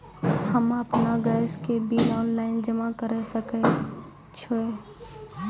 हम्मे आपन गैस के बिल ऑनलाइन जमा करै सकै छौ?